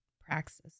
praxis